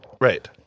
right